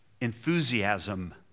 enthusiasm